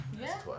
Yes